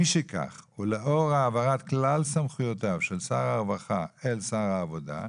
מי שכך ולאור העברת כלל סמכויותיו של הרווחה אל שר העבודה,